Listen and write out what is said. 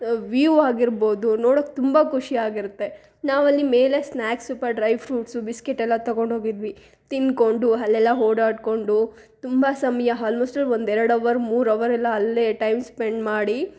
view ಆಗಿರ್ಬೋದು ನೋಡಕ್ಕೆ ತುಂಬ ಖುಷಿ ಆಗಿರುತ್ತೆ ನಾವು ಅಲ್ಲಿ ಮೇಲೆ ಸ್ನಾಕ್ಸ್ ಸ್ವಲ್ಪ ಡ್ರೈ ಫ್ರೂಟ್ಸು ಬಿಸ್ಕೀಟೆಲ್ಲ ತೊಗೊಂಡು ಹೋಗಿದ್ವಿ ತಿಂದ್ಕೊಂಡು ಅಲ್ಲೆಲ್ಲ ಓಡಾಡ್ಕೊಂಡು ತುಂಬ ಸಮಯ ಹಾಲ್ಮೋಸ್ಟ್ ಆಲ್ ಒಂದು ಎರಡು ಅವರ್ ಮೂರು ಅವರೆಲ್ಲ ಅಲ್ಲೇ ಟೈಮ್ ಸ್ಪೆಂಡ್ ಮಾಡಿ